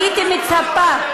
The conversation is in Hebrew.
הייתי מצפה,